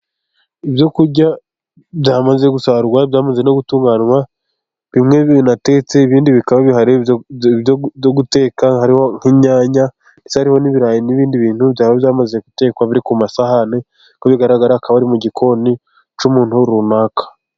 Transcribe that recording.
Ibyo kurya byamaze gusarurwa, byamaze no gutunganywa, bimwe binatetse ibindi bikaba bihari byo guteka hari: nk'inyanya, hariho n'ibirayi n'ibindi bintu byaba byamaze gutekwa biri ku masahani, ku bigaragara akaba ari mu gikoni cy'umuntu runaka.